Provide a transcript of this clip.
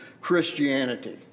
Christianity